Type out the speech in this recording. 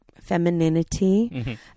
Femininity